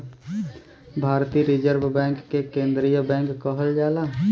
भारतीय reserve bank के केन्द्रीय बैंक कहल जाला